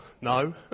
No